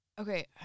okay